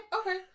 okay